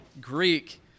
Greek